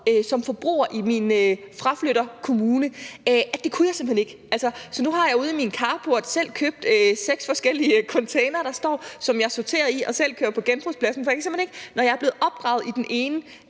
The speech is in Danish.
som forbruger i min fraflytterkommune, at det kunne jeg simpelt hen ikke. Så nu har jeg ude i min carport seks forskellige containere, som jeg selv har købt, og som jeg sorterer affaldet i, som jeg selv kører på genbrugspladsen, for jeg kan simpelt hen ikke, når jeg er blevet opdraget i den ene